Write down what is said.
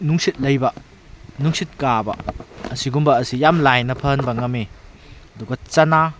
ꯅꯨꯡꯁꯤꯠ ꯂꯩꯕ ꯅꯨꯡꯁꯤꯠ ꯀꯥꯕ ꯑꯁꯤꯒꯨꯝꯕ ꯑꯁꯤ ꯌꯥꯝ ꯂꯥꯏꯅ ꯐꯍꯟꯕ ꯉꯝꯃꯤ ꯑꯗꯨꯒ ꯆꯅꯥ